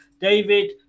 david